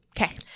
Okay